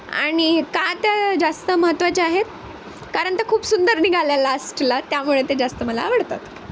आणि का त्या जास्त महत्त्वाच्या आहेत कारण त्या खूप सुंदर निघाल्या लास्टला त्यामुळे ते जास्त मला आवडतात